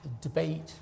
debate